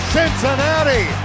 Cincinnati